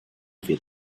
wir